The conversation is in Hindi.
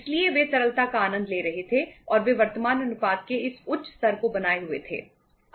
इसलिए वे तरलता का आनंद ले रहे थे और वे वर्तमान अनुपात के इस उच्च स्तर को बनाए हुए थे